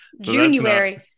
January